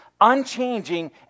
unchanging